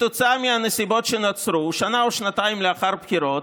וכתוצאה מהנסיבות שנוצרו שנה או שנתיים לאחר בחירות,